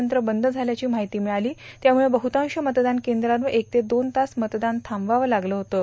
यंत्र बंद म्राल्याची माहिती मिळाली त्यामुळे बहुतांश मतदान केंद्रावर एक ते दोन तास मतदान यांबवाव लागलं होतं